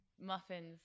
muffins